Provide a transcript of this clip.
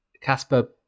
Casper